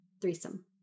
threesome